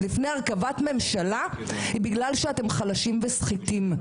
לפני הרכבת ממשלה היא בגלל שאתם חלשים וסחיטים,